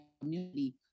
community